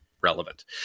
relevant